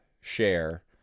share